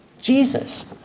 Jesus